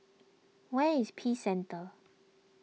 where is Peace Centre